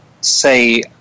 say